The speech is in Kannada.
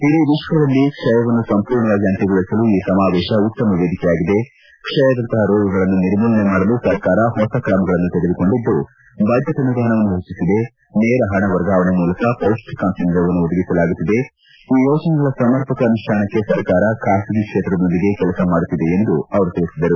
ಇಡೀ ವಿಶ್ವದಲ್ಲಿ ಕ್ಷಯವನ್ನು ಸಂಪೂರ್ಣವಾಗಿ ಅಂತ್ಯಗೊಳಿಸಲು ಈ ಸಮಾವೇಶ ಉತ್ತಮ ವೇದಿಕೆಯಾಗಿದೆ ಕ್ಷಯದಂತಹ ರೋಗಗಳನ್ನು ನಿರ್ಮೂಲನೆ ಮಾಡಲು ಸರ್ಕಾರ ಹೊಸ ಕ್ರಮಗಳನ್ನು ತೆಗೆದುಕೊಂಡಿದ್ದು ಬಜೆಟ್ ಅನುದಾನವನ್ನು ಹೆಚ್ಚಿಸಿದೆ ನೇರ ಹಣ ವರ್ಗಾವಣೆ ಮೂಲಕ ಪೌಡ್ಡಿಕಾಂಶ ನೆರವನ್ನು ಒದಗಿಸಲಾಗುತ್ತಿದೆ ಈ ಯೋಜನೆಗಳ ಸಮರ್ಪಕ ಅನುಷ್ಡಾನಕ್ಕೆ ಸರ್ಕಾರ ಖಾಸಗಿ ಕ್ಷೇತ್ರದೊಂದಿಗೆ ಕೆಲಸ ಮಾಡುತ್ತಿದೆ ಎಂದರು ಅವರು ತಿಳಿಸಿದರು